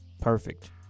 Perfect